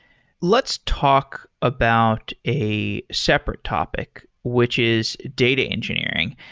let's talk about a separate topic, which is data engineering,